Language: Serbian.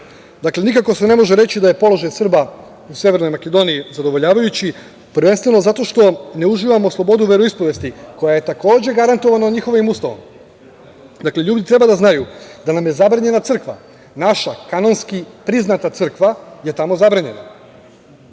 više. Dakle, nikako se ne može reći da je položaj Srba u Severnoj Makedoniji zadovoljavajući, prvenstveno zato što ne uživamo slobodu veroispovesti, koja je takođe garantovana njihovim Ustavom. Ljudi treba da znaju da nam je zabranjena naša crkva, kanonski priznata. Ali, za razliku